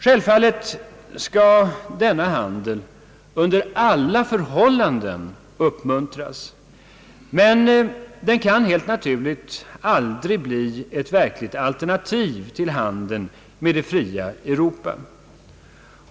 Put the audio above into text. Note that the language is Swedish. Självfallet skall denna handel under alla förhållanden uppmuntras, men den kan helt naturligt aldrig bli ett verkligt alternativ till handeln med det fria Europa.